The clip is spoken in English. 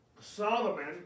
Solomon